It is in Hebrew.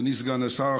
אדוני סגן השר,